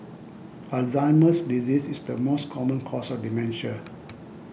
Alzheimer's disease is the most common cause of dementia